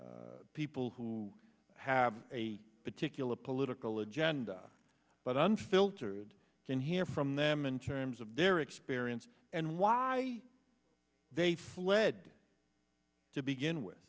and people who have a particular political agenda but unfiltered can hear from them in terms of their experience and why they fled to begin with